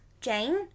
Jane